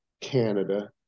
Canada